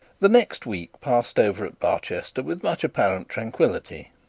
the next week passed over at barchester with much apparent tranquillity.